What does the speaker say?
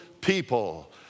People